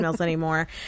anymore